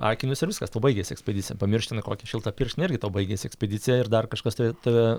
akinius ir viskas tau baigėsi ekspedicija pamiršti na kokį šiltą pirštinę irgi tau baigėsi ekspedicija ir dar kažkas tave